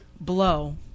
blow